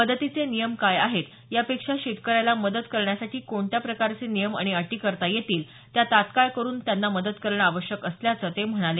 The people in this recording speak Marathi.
मदतीचे नियम काय आहेत या पेक्षा शेतकऱ्याला मदत करण्यासाठी कोणत्या प्रकारचे नियम आणि अटी करता करता येतील त्या करून तत्काळ मदत करणं आवश्यक असल्याचं ते म्हणाले